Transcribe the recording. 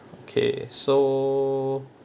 okay so